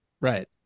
right